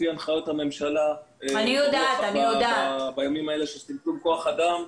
אנחנו עובדים לפי הנחיות הממשלה בימים האלה של צמצום כוח אדם.